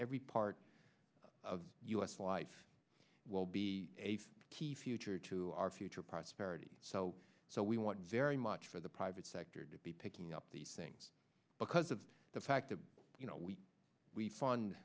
every part of us life will be a key future to our future prosperity so so we want very much for the private sector to be picking up these things because of the fact that you know we we fun